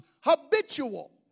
habitual